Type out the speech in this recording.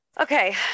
Okay